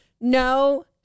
No